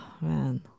man